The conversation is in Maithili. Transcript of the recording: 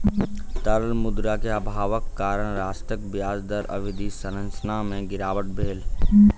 तरल मुद्रा के अभावक कारण राष्ट्रक ब्याज दर अवधि संरचना में गिरावट भेल